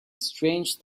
strange